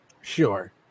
Sure